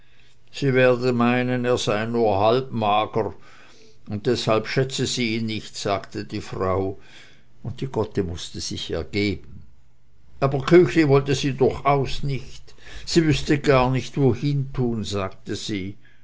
sie werde meinen es sei nur halbmagern und deshalb schätze sie ihn nicht sagte die frau und die gotte mußte sich ergeben aber küchli wollte sie durchaus nicht die wüßte sie gar nicht wohin tun sagte sie